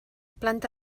planta